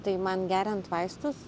tai man geriant vaistus